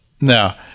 Now